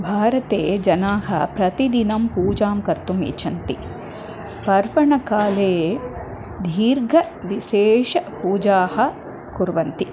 भारते जनाः प्रतिदिनं पूजां कर्तुम् इच्छन्ति पर्वणकाले दीर्घ विशेषपूजाः कुर्वन्ति